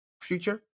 future